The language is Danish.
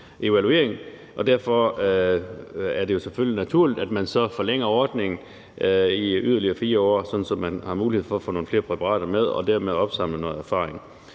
og derfor er det selvfølgelig naturligt, at man så forlænger ordningen i yderligere 4 år, sådan at man har mulighed for at få nogle flere præparater med og dermed opsamle noget erfaring.